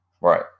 Right